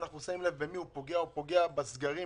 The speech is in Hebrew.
באנשים שנמצאים במקומות שמטילים עליהם סגר,